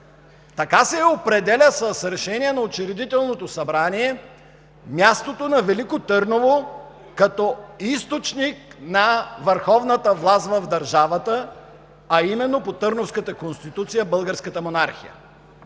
Така се определя с Решение на Учредителното събрание мястото на Велико Търново като източник на върховната власт в държавата, а именно по Търновската конституция – българската монархия.